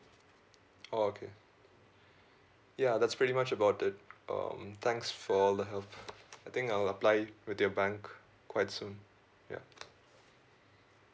oh okay ya that's pretty much about it um thanks for the help I think I will apply it with your bank quite soon ya